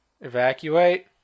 evacuate